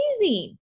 amazing